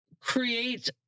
create